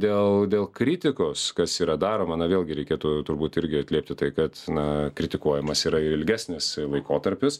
dėl dėl kritikos kas yra daroma na vėlgi reikėtų turbūt irgi atliepti tai kad na kritikuojamas yra ilgesnis laikotarpis